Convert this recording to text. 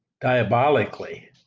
diabolically